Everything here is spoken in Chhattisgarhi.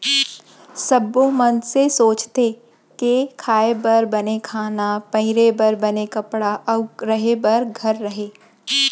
सब्बो मनसे सोचथें के खाए बर बने खाना, पहिरे बर बने कपड़ा अउ रहें बर घर रहय